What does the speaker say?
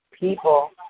People